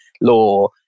law